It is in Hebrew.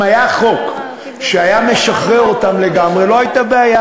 אם היה חוק שהיה משחרר אותם לגמרי לא הייתה בעיה,